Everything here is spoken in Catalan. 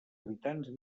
habitants